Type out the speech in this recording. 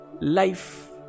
life